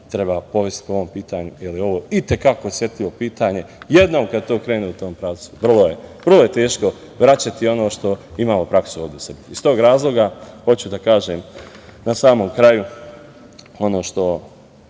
treba povesti po ovom pitanju, jer je ovo i te kako osetljivo pitanje. Jednom kada krene u tom pravcu vrlo je teško vraćati ono što imamo praksu. Iz tog razloga hoću da kažem na samom kraju ono što